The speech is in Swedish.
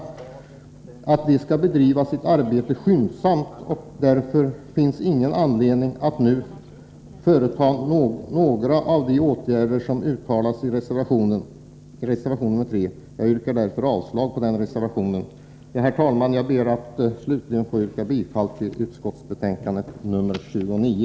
Utskottet förutsätter att arbetsgruppen skall bedriva sitt arbete skyndsamt, och därför finns ingen anledning att nu företa några av de åtgärder som föreslås i reservation nr 3. Jag yrkar avslag på denna reservation. Herr talman! Jag ber slutligen att få yrka bifall till finansutskottets hemställan i betänkande nr 29.